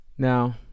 Now